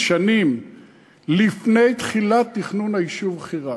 שנים לפני תחילת תכנון היישוב חירן.